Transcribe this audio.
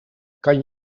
kan